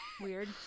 Weird